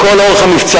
לכל אורך המבצע,